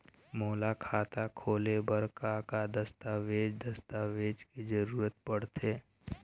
मोला खाता खोले बर का का दस्तावेज दस्तावेज के जरूरत पढ़ते?